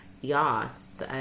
Yes